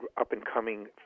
up-and-coming